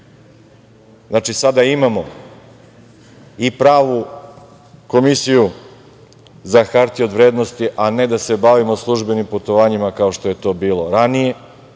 sada imamo i pravu Komisiju za hartije od vrednosti, a ne da se bavimo službenim putovanjima, kao što je to bilo ranije